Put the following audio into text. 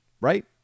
right